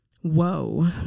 Whoa